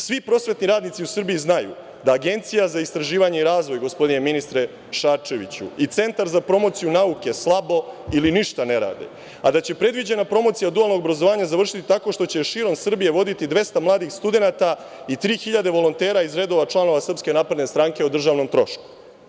Svi prosvetni radnici u Srbiji znaju da Agencija za istraživanje i razvoj, gospodine ministre Šarčeviću, i Centar za promociju nauke slabo ili ništa ne rade, a da će predviđena promocija dualnog obrazovanja završiti tako što će širom Srbije voditi 200 mladih studenata i 3.000 volontera iz redova članova SNS o državnom trošku.